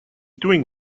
doing